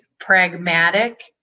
Pragmatic